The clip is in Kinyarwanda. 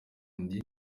ndi